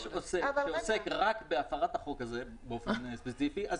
עוסק שעוסק רק בהפרת החוק הזה באופן ספציפי,